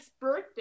birthday